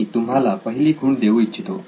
मी तुम्हाला पहिली खूण देऊ इच्छितो